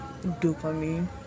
dopamine